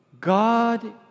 God